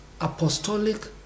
Apostolic